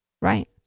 right